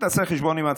תעשה חשבון עם עצמך.